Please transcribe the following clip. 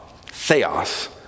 Theos